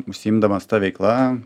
užsiimdamas ta veikla